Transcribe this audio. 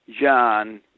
John